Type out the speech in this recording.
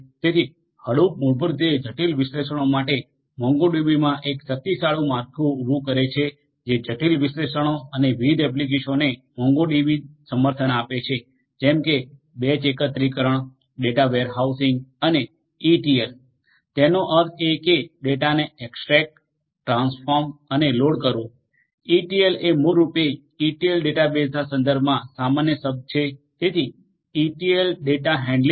તેથી હડુપ મૂળભૂત રીતે જટિલ વિશ્લેષણો માટે મોંગોડીબીમાં એક શક્તિશાળી માળખું ઉમેરે છે જે જટિલ વિશ્લેષણો અને વિવિધ એપ્લિકેશનો ને મોંગોડીબી સમર્થન આપે છે જેમ કે બેચ એકત્રીકરણ ડેટા વેરહાઉસિંગ અને ઇટીએલ ડેટા તેનો અર્થ એ કે ડેટાને એક્સટ્રેક્ટ ટ્રાન્સફોર્મ અને લોડ કરવું ઇટીએલ એ મૂળરૂપે ETL ડેટાબેસેસના સંદર્ભમાં સામાન્ય શબ્દ છે તેથી ઇટીએલ ડેટા હેન્ડલિંગ પણ